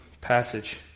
passage